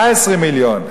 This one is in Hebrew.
מה 20 מיליון?